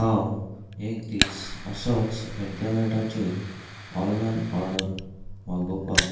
हांव एक दीस असोच इंटरनेटाचेर ऑनलायन ओर्डर मागोवपाक